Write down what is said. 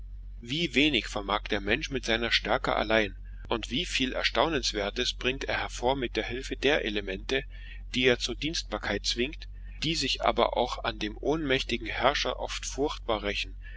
wie wenig vermag der mensch mit seiner stärke allein und wie viel erstaunenswertes bringt er hervor mit hilfe der elemente die er zur dienstbarkeit zwingt die sich aber auch an dem ohnmächtigen herrscher oft furchtbar rächen